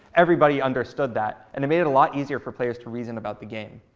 everybody understood that. and it made it a lot easier for players to reason about the game.